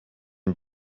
and